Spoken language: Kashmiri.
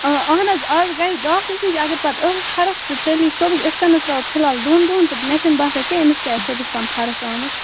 اۭں اَہن حظ آز گژھِ ڈاکٹرَس نِش اگر پَتہٕ ٲسٕس فرق تہٕ تیٚلہِ یی صُبحَن یِتھ کَن حظ ترٛاوَو فِلحال دۄن دۄہَن تہٕ مےٚ چھُنہٕ باسان کیٛاہ أمِس کیٛاہ صُبحَس تام فرق آمٕژ